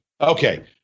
Okay